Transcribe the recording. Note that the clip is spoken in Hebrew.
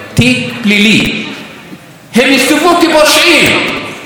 הם יסתובבו כפושעים מסיבה אחת פשוטה,